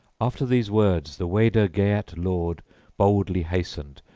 after these words the weder-geat lord boldly hastened,